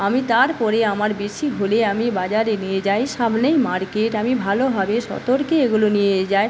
আমি তার পরে আমার বেশি হলে আমি বাজারে নিয়ে যাই সামনেই মার্কেট আমি ভালোভাবে সতর্কে এগুলো নিয়ে যাই